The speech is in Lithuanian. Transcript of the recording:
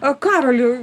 o karoli